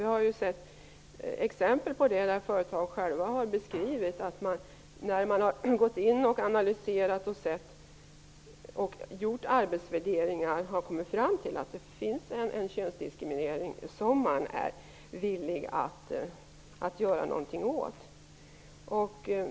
Vi har sett exempel på att när företag har analyserat och gjort arbetsvärderingar, så har de kommit fram till att det har funnits en könsdiskriminering som man är villig att göra någonting åt.